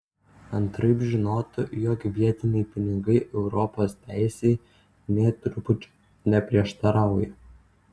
antraip žinotų jog vietiniai pinigai europos teisei nė trupučio neprieštarauja